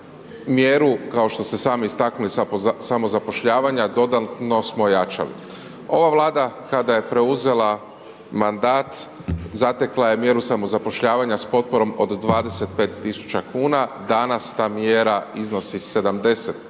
mjeru kao što ste sami istaknuli samozapošljavanja dodatno smo ojačali. Ova Vlada kada je preuzela mandat zatekla je mjeru samozapošljavanja s potporom od 25.000 kuna, danas ta mjera iznosi 70.000